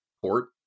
port